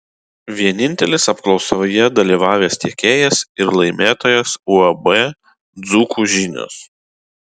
vienintelis apklausoje dalyvavęs tiekėjas ir laimėtojas uab dzūkų žinios